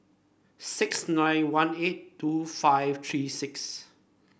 six nine one eight two five three six